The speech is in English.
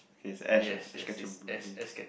okay it's Ash ah Ask-Ketchum